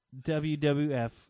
WWF